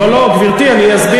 לא, לא, גברתי, אני אסביר.